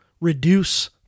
reduce